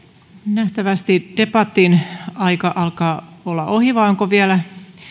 nähtävästi debatin aika alkaa olla ohi vai onko